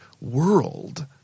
world